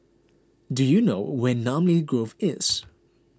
do you know where Namly Grove is